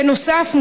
בנוסף,